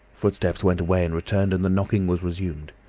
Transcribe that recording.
footsteps went away and returned, and the knocking was resumed.